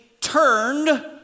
turned